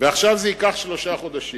ועכשיו זה ייקח שלושה חודשים.